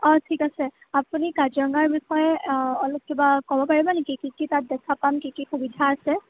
অ ঠিক আছে আপুনি কাজিৰঙাৰ বিষয়ে অলপ কিবা ক'ব পাৰিব নেকি কি কি তাত দেখা পাম কি কি তাত সুবিধা আছে